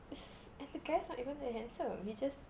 !ee! sh~ and the guy is not even that handsome he's just